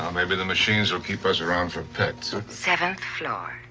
um maybe the machines will keep us around for pets. seventh floor.